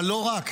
אבל לא רק,